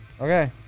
Okay